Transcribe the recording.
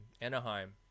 Anaheim